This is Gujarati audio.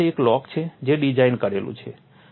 તમારી પાસે એક લોક છે જે ડિઝાઇન કરેલું છે